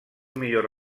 millor